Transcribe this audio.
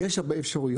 יש הרבה אפשרויות.